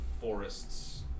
forest's